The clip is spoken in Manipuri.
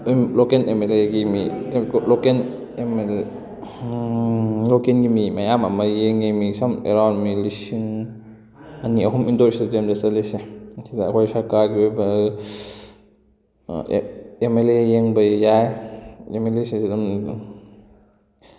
ꯂꯣꯀꯦꯜ ꯑꯦꯝ ꯑꯦꯜ ꯑꯦꯒꯤ ꯃꯤ ꯂꯣꯀꯦꯜ ꯂꯣꯀꯦꯜꯒꯤ ꯃꯤ ꯃꯌꯥꯝ ꯑꯃ ꯌꯦꯡꯏ ꯃꯤ ꯁꯝ ꯑꯦꯔꯥꯎꯟ ꯃꯤ ꯂꯤꯁꯤꯡ ꯑꯅꯤ ꯑꯍꯨꯝ ꯏꯟꯗꯣꯔ ꯏꯁꯇꯦꯗꯤꯌꯝꯗ ꯆꯜꯂꯤꯁꯦ ꯃꯁꯤꯗ ꯑꯩꯈꯣꯏ ꯁꯔꯀꯥꯔꯒꯤ ꯑꯣꯏꯕ ꯑꯦꯝ ꯑꯦꯜ ꯑꯦ ꯌꯦꯡꯕ ꯌꯥꯏ ꯑꯦꯝ ꯑꯦꯜ ꯑꯦꯁꯤ ꯑꯗꯨꯝ